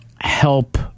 help